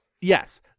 Yes